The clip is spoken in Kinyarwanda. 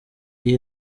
iyi